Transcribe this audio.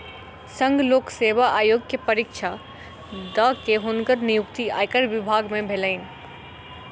संघ लोक सेवा आयोग के परीक्षा दअ के हुनकर नियुक्ति आयकर विभाग में भेलैन